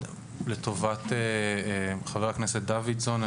לטובת חבר הכנסת דוידסון,